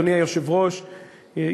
אדוני היושב-ראש,